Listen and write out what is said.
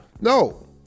No